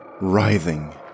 writhing